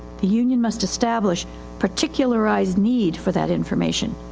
the union must establish particularized need for that information.